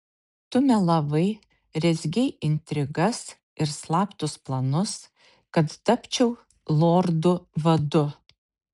tu melavai rezgei intrigas ir slaptus planus kad tapčiau lordu vadu